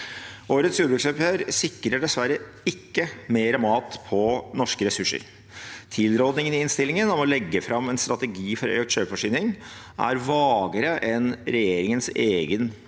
Årets jordbruksoppgjør sikrer dessverre ikke mer mat på norske ressurser. Tilrådingen i innstillingen, om å legge fram en strategi for økt selvforsyning, er vagere enn regjeringens eget